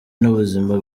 n’ubuzima